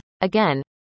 again